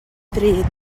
ddrud